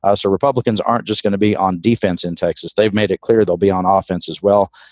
ah so republicans aren't just going to be on defense in texas. they've made it clear they'll be on ah offense as well.